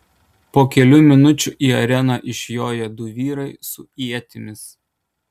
po kelių minučių į areną išjoja du vyrai su ietimis